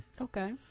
Okay